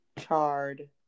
chard